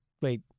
wait